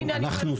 אנחנו,